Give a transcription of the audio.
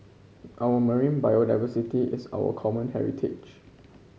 our marine biodiversity is our common heritage